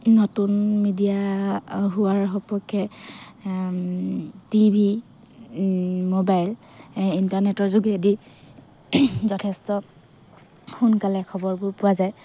নতুন মিডিয়া হোৱাৰ সপক্ষে টিভি ম'বাইল ইণ্টাৰনেটৰ যোগেদি যথেষ্ট সোনকালে খবৰবোৰ পোৱা যায়